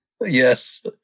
Yes